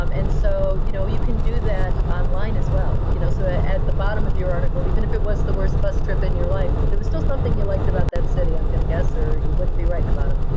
um and so you know you can do that online as well. you know so at the bottom of your article, even if it was the worst bus trip in your life, there was still something you liked about that city, i'm going to guess, or you wouldn't be writing about them.